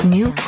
New